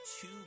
Two